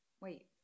wait